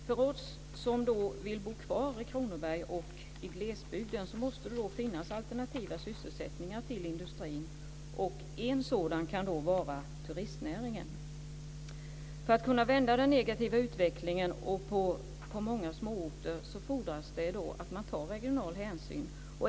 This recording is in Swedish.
För oss som vill bo kvar i Kronoberg och i glesbygden så måste det finnas alternativa sysselsättningar till industrin. En sådan kan vara turistnäringen. För att kunna vända den negativa utvecklingen på många småorter fordras det att man tar regional hänsyn.